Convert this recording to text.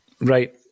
Right